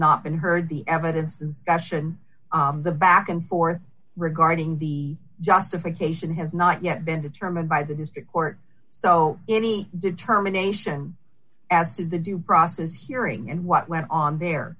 not been heard the evidence and the back and forth regarding the justification has not yet been determined by the district court so any determination as to the due process hearing and what went on there